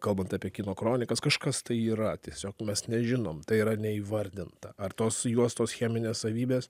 kalbant apie kino kronikas kažkas tai yra tiesiog mes nežinom tai yra neįvardinta ar tos juostos cheminės savybės